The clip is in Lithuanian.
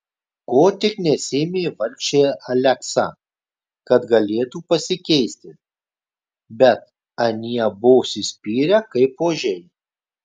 ko tik nesiėmė vargšė aleksa kad galėtų pasikeisti bet anie buvo užsispyrę kaip ožiai